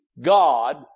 God